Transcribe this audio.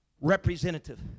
representative